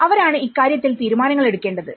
അവരാണ് ഇക്കാര്യത്തിൽ തീരുമാനങ്ങൾ എടുക്കേണ്ടത്